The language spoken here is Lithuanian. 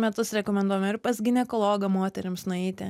metus rekomenduojama ir pas ginekologą moterims nueiti